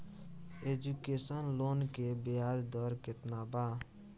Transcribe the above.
Education loan के ब्याज दर केतना बा?